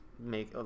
make